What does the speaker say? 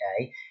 okay